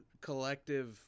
collective